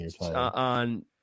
on